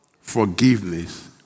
Forgiveness